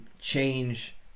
change